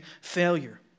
failure